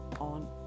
on